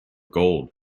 gold